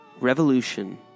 revolution